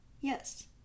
Yes